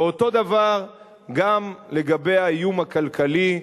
ואותו דבר גם לגבי האיום הכלכלי,